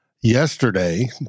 Yesterday